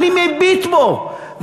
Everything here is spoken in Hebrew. אני מביט בו,